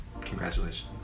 Congratulations